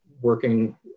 working